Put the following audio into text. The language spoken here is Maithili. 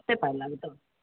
कतेक पाइ लागतै